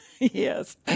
yes